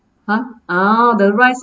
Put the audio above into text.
!huh! ah the rice